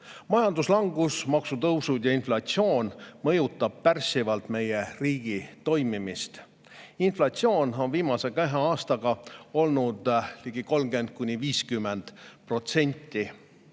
Majanduslangus, maksutõusud ja inflatsioon mõjuvad pärssivalt meie riigi toimimisele. Inflatsioon on viimase kahe aasta jooksul olnud ligi 30–50%